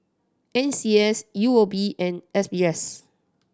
N C S U O B and S B S